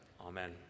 amen